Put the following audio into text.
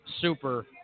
super